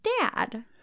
dad